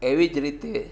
એવી જ રીતે